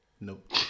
Nope